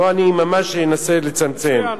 לא, אני ממש אנסה לצמצם.